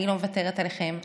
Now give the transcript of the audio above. אני לא מוותרת עליכם.